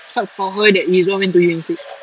suck for her that izuan went to you instead